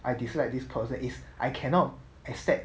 I dislike this person is I cannot accept